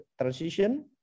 transition